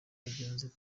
abagenzi